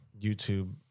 YouTube